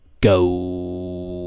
go